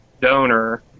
donor